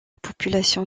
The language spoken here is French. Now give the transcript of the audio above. population